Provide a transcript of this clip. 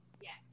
Yes